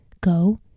Go